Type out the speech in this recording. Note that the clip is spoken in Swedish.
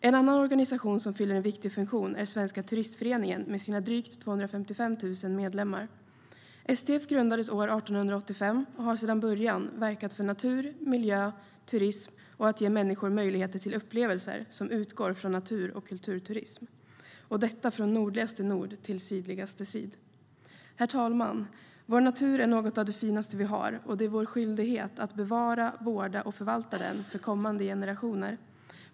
En annan organisation som fyller en viktig funktion är Svenska Turistföreningen med sina drygt 255 000 medlemmar. STF grundades 1885 och har sedan början verkat för natur, miljö, turism och att ge människor upplevelser som utgår från natur och kulturturism från nordligaste nord till sydligaste syd. Herr talman! Vår natur är något av det finaste vi har, och det är vår skyldighet att bevara, vårda och förvalta den för kommande generationer.